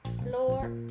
Floor